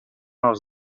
els